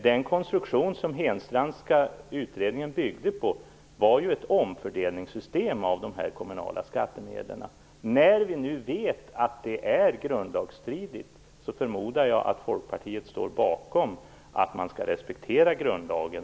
Den konstruktion som den Henstrandska utredningen byggde på var ett omfördelningssystem av de kommunala skattemedlen. När vi nu vet att det är grundlagsstridigt förmodar jag att Folkpartiet står bakom att man skall respektera grundlagen.